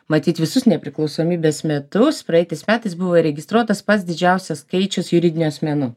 matyt visus nepriklausomybės metus praeitais metais buvo įregistruotas pats didžiausias skaičius juridinių asmenų